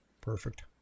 Perfect